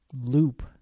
loop